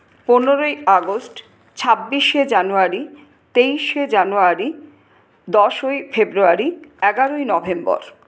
পনেরোই আগস্ট ছাব্বিশে জানুয়ারি তেইশে জানুয়ারি দশই ফেব্রুয়ারি এগারোই নভেম্বর